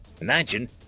Imagine